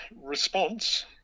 response